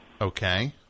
Okay